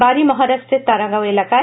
বাড়ি মহারাষ্টের তারাগাঁও এলাকায়